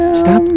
stop